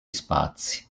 spazi